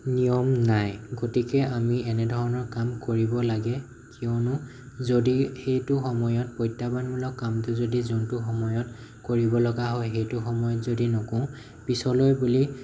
নিয়ম নাই গতিকে আমি এনে ধৰণৰ কাম কৰিব লাগে কিয়নো যদি সেইটো সময়ত প্ৰত্যাহ্বানমূলক কামটো যদি যোনটো সময়ত কৰিব লগা হয় সেইটো সময়ত যদি নকৰোঁ পিছলৈ বুলি